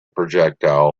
projectile